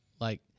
Like-